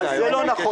זה לא נכון.